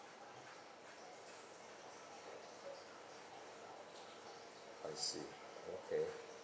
I see okay